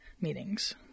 meetings